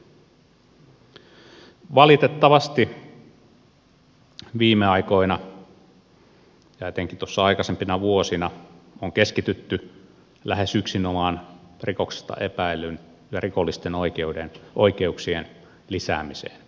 valitettavasti viime aikoina ja etenkin tuossa aikaisempina vuosina on keskitytty lähes yksinomaan rikoksesta epäillyn ja rikollisten oikeuksien lisäämiseen